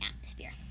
atmosphere